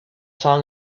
song